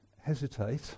hesitate